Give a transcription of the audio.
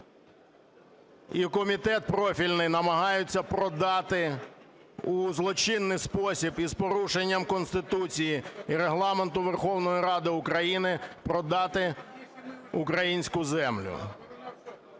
і комітет профільний намагаються продати у злочинний спосіб, з порушенням Конституції і Регламенту Верховної Ради України, продати українську землю.